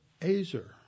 azer